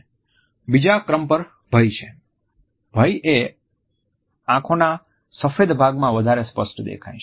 બીજા ક્રમ પર ભય છે ભય એ આંખોના સફેદ ભાગમાં વધારે સ્પષ્ટ દેખાય છે